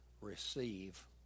receive